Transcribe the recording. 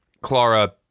Clara